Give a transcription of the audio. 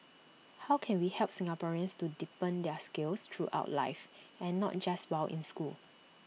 how can we help Singaporeans to deepen their skills throughout life and not just while in school